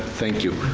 thank you.